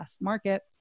market